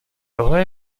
tohle